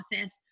office